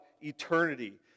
eternity